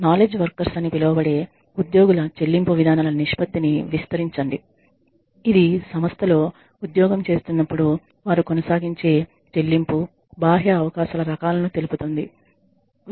knowledge workers అని పిలవబడే ఉద్యోగుల చెల్లింపు విధానాల నిష్పత్తిని విస్తరించండి ఇది సంస్థ లో ఉద్యోగం చేస్తున్నప్పుడు వారు కొనసాగించే చెల్లింపు బాహ్య అవకాశాల రకాలను తెలుపుతుంది